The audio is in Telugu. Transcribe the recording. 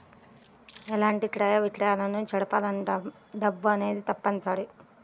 ఎలాంటి క్రయ విక్రయాలను జరపాలన్నా డబ్బు అనేది తప్పనిసరి